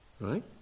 right